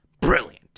brilliant